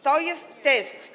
To jest test.